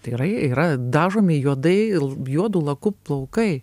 tai yra yra dažomi juodai juodu laku plaukai